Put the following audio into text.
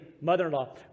mother-in-law